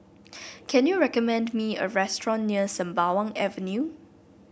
can you recommend me a restaurant near Sembawang Avenue